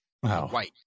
white